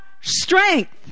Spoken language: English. strength